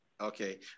okay